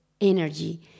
energy